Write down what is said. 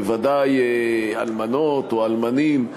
בוודאי אלמנות או אלמנים,